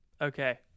Okay